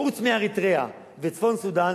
חוץ מאריתריאה וצפון-סודן,